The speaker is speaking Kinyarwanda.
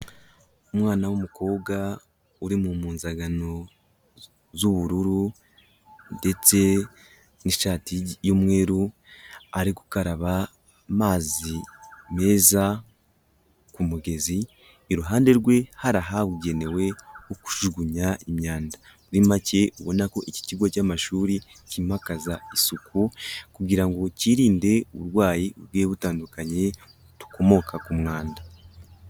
Umwana w'umukobwa uri mu mpuzangano z'ubururu ndetse n'ishati y'umweru ari gukaraba amazi meza ku mugezi. Iruhande rwe hari ahabugenewe ho kujugunya imyanda. Muri make ubona ko iki kigo cy'amashuri cyimakaza isuku kugira ngo kirinde uburwayi bugiye butandukanye bukomoka ku mwanda.